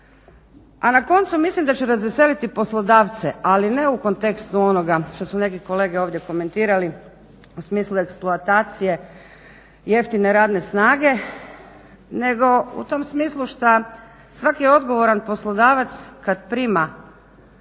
A na koncu mislim da će razveseliti poslodavce, ali ne u kontekstu onoga što su neki kolege ovdje komentirali, u smislu eksploatacije jeftine radne snage nego u tom smislu šta svaki odgovoran poslodavac kad prima na posao